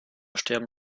sterben